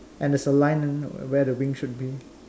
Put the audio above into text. and there's a line where the wing should be